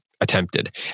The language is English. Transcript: attempted